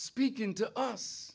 speaking to us